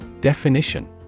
Definition